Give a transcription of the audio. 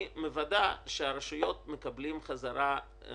היא מוודאת שהרשויות מקבלות חזרה את